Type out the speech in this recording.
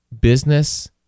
Business